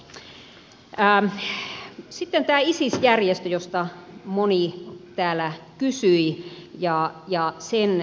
sitten tämä isis järjestö josta moni täällä kysyi ja sen toiminta